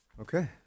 Okay